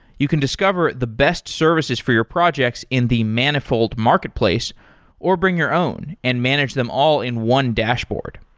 you can discover the best services for your projects in the manifold marketplace or bring your own and manage them all in one dashboard.